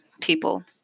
people